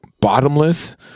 bottomless